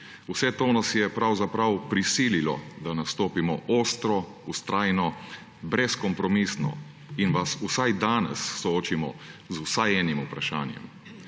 vse to nas je pravzaprav prisililo, da nastopimo ostro, vztrajno, brezkompromisno in vas vsaj danes soočimo z vsaj enim vprašanjem.